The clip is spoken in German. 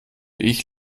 ich